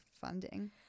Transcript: funding